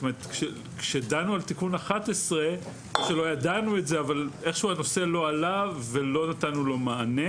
כשדנו על תיקון 11 הנושא לא עלה ולא נתנו לו מענה.